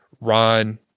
Ron